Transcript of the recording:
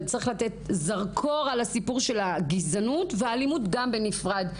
אבל צריך לתת זרקור על הסיפור של הגזענות ואלימות בנפרד.